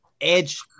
Edge